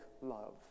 love